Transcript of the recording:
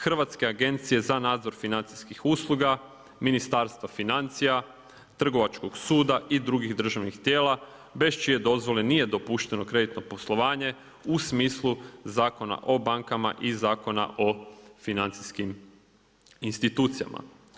Hrvatske agencije za nadzor financijskih usluga, Ministarstva financija, Trgovačkog suda i drugih državnih tijela bez čije dozvole nije dopušteno kreditno poslovanje u smislu Zakona o bankama i Zakona o financijskim institucijama.